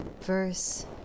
verse